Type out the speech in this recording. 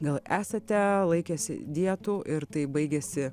gal esate laikęsi dietų ir tai baigėsi